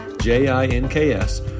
J-I-N-K-S